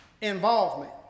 involvement